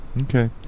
Okay